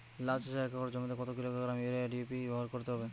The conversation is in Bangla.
লাউ চাষে এক একর জমিতে কত কিলোগ্রাম ইউরিয়া ও ডি.এ.পি ব্যবহার করতে হবে?